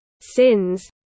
sins